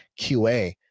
QA